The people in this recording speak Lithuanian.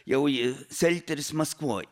jau selteris maskvoj